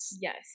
Yes